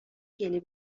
گلی